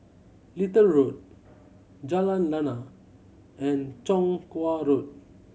Little Road Jalan Lana and Chong Kuo Road